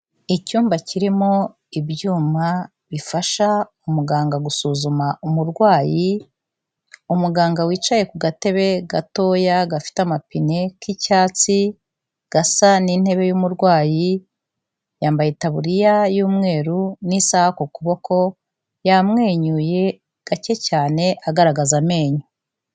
Icyumba kirimo ibyuma bifasha umuganga gusuzuma umurwayi, umuganga wicaye ku gatebe gatoya gafite amapine k'icyatsi, gasa n'intebe y'umurwayi, yambaye itaburiya y'umweru n'isaha ku kuboko, yamwenyuye gake cyane agaragaza amenyo.